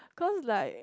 cause like